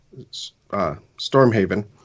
Stormhaven